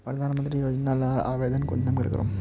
प्रधानमंत्री योजना लार आवेदन कुंसम करे करूम?